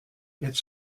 jetzt